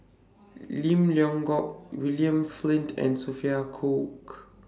Lim Leong Geok William Flint and Sophia Cooke